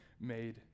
made